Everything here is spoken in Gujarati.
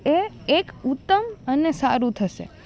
એ એક ઉત્તમ અને સારું થશે